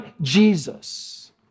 Jesus